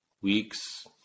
weeks